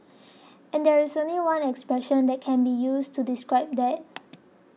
and there's only one expression that can be used to describe that